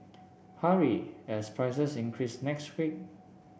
hurry as prices increase next week